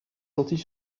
sortis